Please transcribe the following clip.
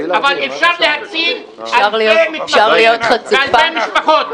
אבל אפשר להציל אלפי מתמחים ואלפי משפחות.